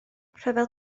rhyfel